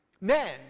Men